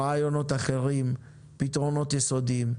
רעיונות אחרים ופתרונות יסודיים.